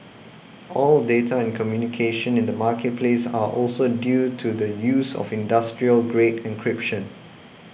all data and communication in the marketplace are also due to the use of industrial grade encryption